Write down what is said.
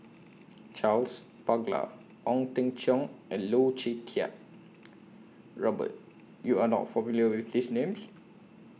Charles Paglar Ong Teng Cheong and Loh Choo Kiat Robert YOU Are not familiar with These Names